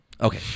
Okay